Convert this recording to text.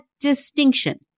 distinction